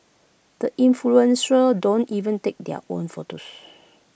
the influential don't even take their own photos